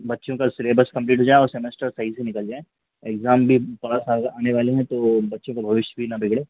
बच्चों का syllabus complete हो जाए और सेमेस्टर सही से निकल जाए और एग्जाम भी पास आ आने वाले है तो बच्चों को भविष्य भी ना बिगड़े